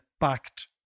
backed